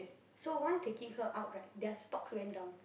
so once they kick her out right their stocks went down